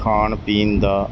ਖਾਣ ਪੀਣ ਦਾ